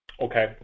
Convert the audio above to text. Okay